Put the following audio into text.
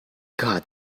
god